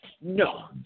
No